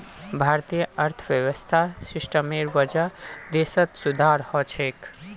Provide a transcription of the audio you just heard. भारतीय अर्थव्यवस्था सिस्टमेर वजह देशत सुधार ह छेक